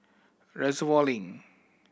Reservoir Link